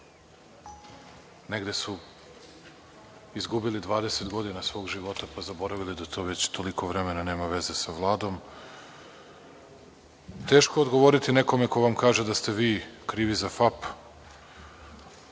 negde su izgubili dvadeset godina svog života, pa zaboravili da već toliko vremena nema veze sa Vladom. Teško je odgovoriti nekome ko vam kaže da ste vi krivi za FAP,